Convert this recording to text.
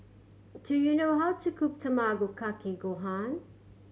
do you know how to cook Tamago Kake Gohan